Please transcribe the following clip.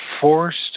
forced